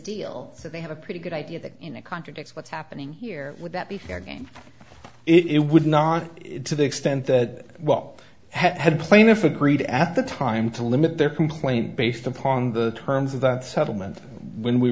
deal so they have a pretty good idea that you know contradicts what's happening here would that be fair game it would not it to the extent that what had plaintiff agreed at the time to limit their complaint based upon the terms of that settlement when we